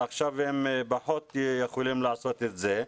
עכשיו הם פחות יכולים לעשות את זה.